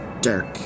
Dirk